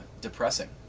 depressing